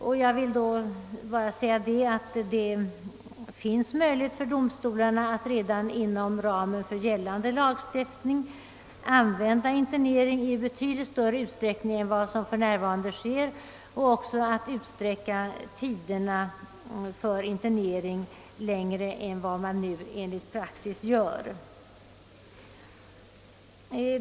Jag vill till det bara säga, att domstolarna redan inom ramen för gällande lagstiftning har möjlighet att föreskriva internering i betydligt större utsträckning än vad som för närvarande sker och även att utsträcka tiderna för internering längre än vad man nu enligt praxis gör.